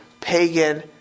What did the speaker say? pagan